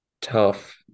tough